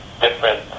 different